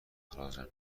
اخراجم